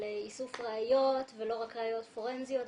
איסוף ראיות ולא רק ראיות פורנזיות.